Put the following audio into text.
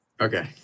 okay